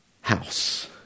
house